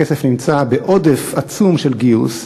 הכסף נמצא בעודף עצום של גיוס,